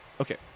Okay